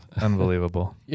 Unbelievable